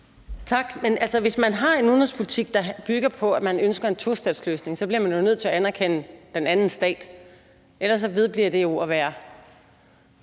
altså, hvis man har en udenrigspolitik, der bygger på, at man ønsker en tostatsløsning, så bliver man jo nødt til at anerkende den anden stat – ellers vedbliver det jo at være